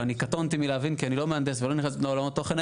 אני קטונתי מלהבין כי אני לא מהנדס ואני לא נכנס להגדרות האלה,